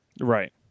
Right